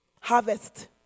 Harvest